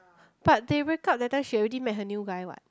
but they break up that time she already met her new guy what